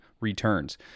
returns